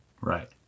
Right